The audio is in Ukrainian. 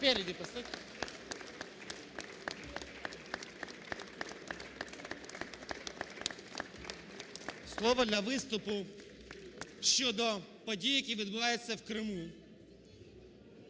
Слово для виступу щодо подій, які відбуваються в Криму,